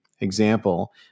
example